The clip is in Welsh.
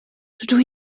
rydw